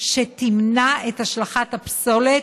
שתמנע את השלכת הפסולת,